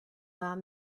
war